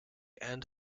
and